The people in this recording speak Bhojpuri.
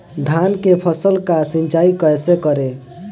धान के फसल का सिंचाई कैसे करे?